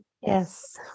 Yes